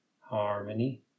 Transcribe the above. harmony